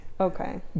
Okay